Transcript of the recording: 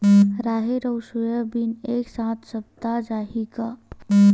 राहेर अउ सोयाबीन एक साथ सप्ता चाही का?